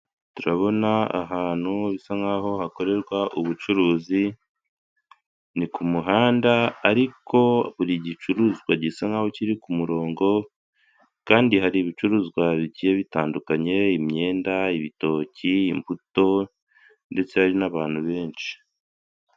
Turabona ahantu bisa nk'aho hakorerwa ubucuruzi ni ku muhanda ariko buri gicuruzwa gisa nk'aho kiri ku murongo kandi hari ibicuruzwa bigiye bitandukanye, imyenda, ibitoki, imbuto ndetse hari n'abantu benshi.